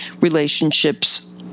relationships